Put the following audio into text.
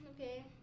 okay